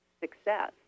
success